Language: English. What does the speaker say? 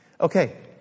Okay